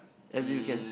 every weekends